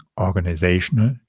organizational